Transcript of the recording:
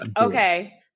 Okay